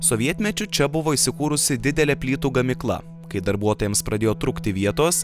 sovietmečiu čia buvo įsikūrusi didelė plytų gamykla kai darbuotojams pradėjo trūkti vietos